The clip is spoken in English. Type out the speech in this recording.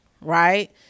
right